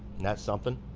that something?